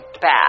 bad